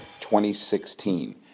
2016